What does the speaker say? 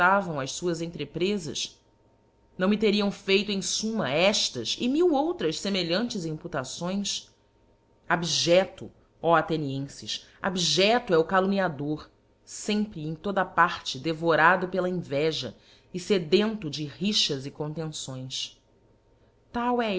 concertavam as fuás entreprefas não me teriam feito em fumma eftas e mil outras femelhantes imputações abjefto ó athenienfes abjefto é o calumniador fempre e em toda a parte devorado pela inveja e fedento de rixas e contenções tal